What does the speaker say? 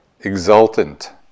exultant